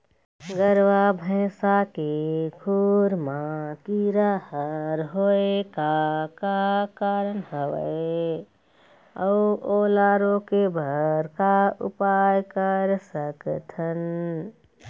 गरवा भैंसा के खुर मा कीरा हर होय का कारण हवए अऊ ओला रोके बर का उपाय कर सकथन?